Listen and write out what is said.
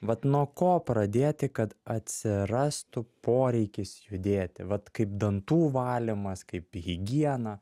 vat nuo ko pradėti kad atsirastų poreikis judėti vat kaip dantų valymas kaip higiena